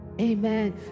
Amen